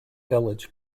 village